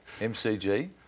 MCG